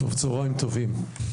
צוהריים טובים.